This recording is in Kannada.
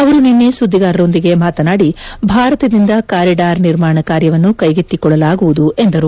ಅವರು ನಿನ್ನೆ ಸುದ್ಲಿಗಾರರೊಂದಿಗೆ ಮಾತನಾದಿ ಭಾರತದಿಂದ ಕಾರಿಡಾರ್ ನಿರ್ಮಾಣ ಕಾರ್ಯವನ್ನು ಕೈಗೆತ್ತಿಕೊಳ್ಳಲಾಗುವುದು ಎಂದರು